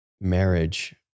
marriage